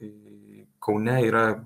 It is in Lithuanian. e kaune yra